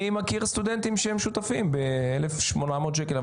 אני מכיר סטודנטים שהם שותפים ב-1,800 שקלים.